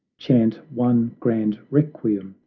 chant one grand requiem,